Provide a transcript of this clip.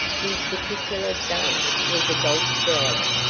whose particular gun was a golf driver.